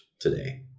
today